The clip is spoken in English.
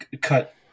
cut